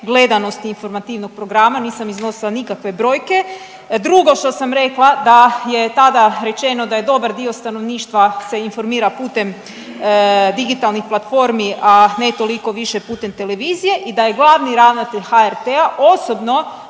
gledanosti informativnog programa, nisam iznosila nikakve brojke. Drugo što sam rekla da je tada rečeno da je dobar dio stanovništva se informira putem digitalnih platformi, a ne toliko više putem televizije i da je glavni ravnatelj HRT-a osobno